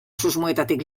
susmoetatik